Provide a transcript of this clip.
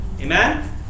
Amen